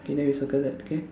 K then we circle that K